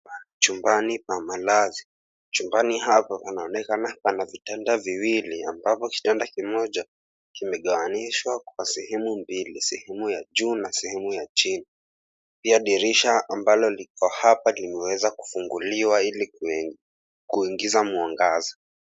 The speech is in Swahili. Chumbani pa malazi, chumbani hapa panaonekana pana vitanda viwili ambapo kitanda kimoja kimegawanyishwa kwa sehemu mbili, sehemu ya juu na sehemu ya chini. Pia dirisha ambalo liko hapa limeweza kufunguliwa ili kuingiza mwangaza.